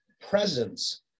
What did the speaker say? presence